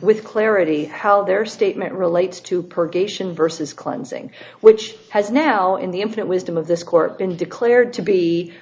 with clarity how their statement relates to purgation vs cleansing which has now in the infinite wisdom of this court been declared to be